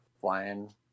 flying